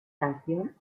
canción